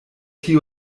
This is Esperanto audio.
tio